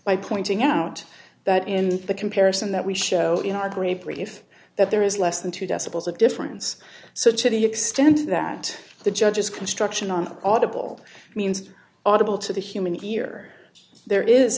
by pointing out that in the comparison that we showed you know our grape relief that there is less than two decibels of difference so to the extent that the judges construction on audible means audible to the human ear there is